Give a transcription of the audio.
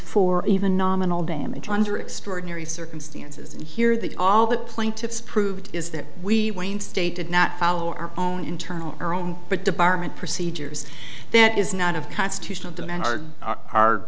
for even nominal damage under extraordinary circumstances and here that all the plaintiffs proved is that we wayne state did not follow our own internal our own but department procedures that is not of constitutional demand are our